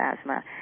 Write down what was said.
asthma